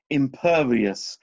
impervious